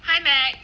hi meg